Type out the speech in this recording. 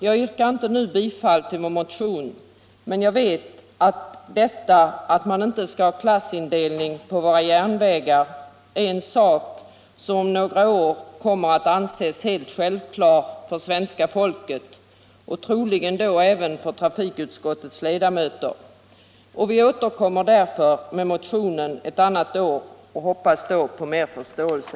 Jag yrkar inte nu bifall till vår motion. Men jag vet att svenska folket och troligen även trafikutskottets ledamöter om några år kommer att anse det vara helt självklart att man inte skall ha klassindelning på våra järnvägar. Vi återkommer därför med motionen ett annat år och hoppas då på större förståelse.